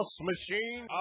machine